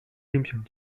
simpsons